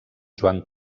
joan